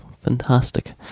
fantastic